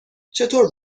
چطور